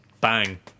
bang